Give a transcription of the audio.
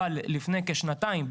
אבל לפני כשנתיים,